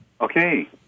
Okay